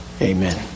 Amen